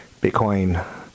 Bitcoin